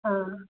ꯑꯥ